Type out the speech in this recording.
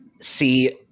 see